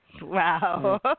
Wow